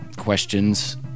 questions